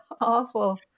awful